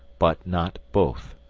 but not both.